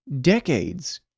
decades